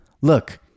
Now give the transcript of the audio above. look